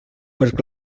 perquè